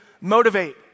motivate